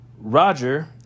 Roger